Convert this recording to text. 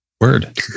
Word